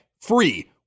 free